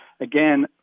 again